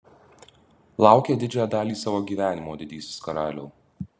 laukėt didžiąją dalį savo gyvenimo didysis karaliau